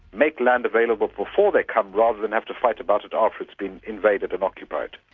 make land available before they come, rather than have to fight about it after it's been invaded and occupied.